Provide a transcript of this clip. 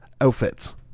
outfits